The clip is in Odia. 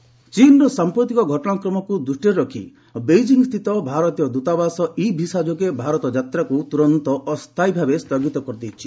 ଏମ୍ବାସି ଚୀନର ସାମ୍ପ୍ରତିକ ଘଟଣାକ୍ରମକୁ ଦୃଷ୍ଟିରେ ରଖି ବେଇଜିଂ ସ୍ଥିତ ଭାରତ ଦ୍ଦତାବାସ ଇ ଭିସା ଯୋଗେ ଭାରତ ଯାତ୍ରାକୁ ତୁରନ୍ତ ଅସ୍ଥାୟୀଭାବେ ସ୍ଥଗିତ କରିଦେଇଛି